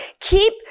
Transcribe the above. keep